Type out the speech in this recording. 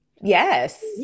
Yes